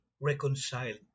reconciled